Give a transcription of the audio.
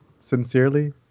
sincerely